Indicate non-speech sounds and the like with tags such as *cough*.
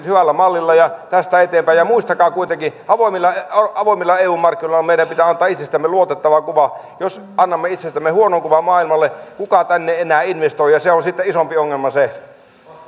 *unintelligible* hyvällä mallilla ja tästä mennään eteenpäin muistakaa kuitenkin että avoimilla eu markkinoilla meidän pitää antaa itsestämme luotettava kuva jos annamme itsestämme huonon kuvan maailmalle kuka tänne enää investoi ja se on sitten isompi ongelma se